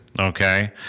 Okay